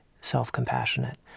self-compassionate